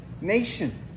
nation